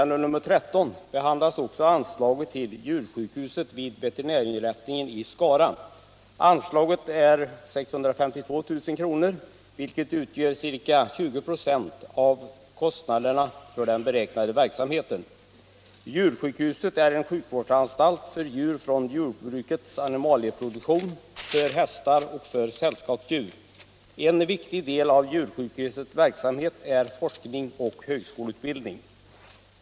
Djursjukhuset är en sjukvårdsanstalt för djur från jordbrukets animalieproduktion, för hästar och sällskapsdjur. En viktig del av djursjukhusets verksamhet är forskning och högskoleutbildning.